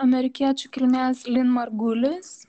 amerikiečių kilmės lin margulis